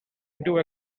into